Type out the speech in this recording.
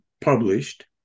published